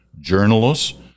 journalists